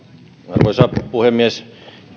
arvoisa puhemies